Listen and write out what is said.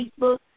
Facebook